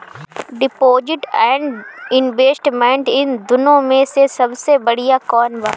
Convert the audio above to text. Deposit and investment इन दुनो मे से सबसे बड़िया कौन बा?